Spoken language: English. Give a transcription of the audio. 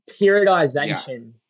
periodization